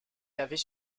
l’avait